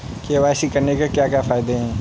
KYC करने के क्या क्या फायदे हैं?